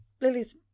Lily's